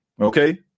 okay